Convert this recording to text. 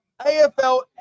afl